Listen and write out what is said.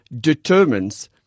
determines